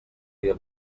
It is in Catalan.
dia